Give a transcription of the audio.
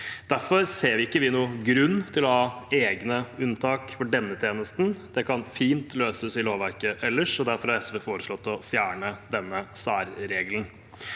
Derfor ser ikke vi noen grunn til å ha egne unntak for denne tjenesten. Det kan fint løses i lovverket ellers, og derfor har SV foreslått å fjerne denne særregelen.